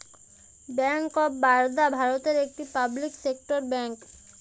bank of Baroda ভারতের একটি public sector bank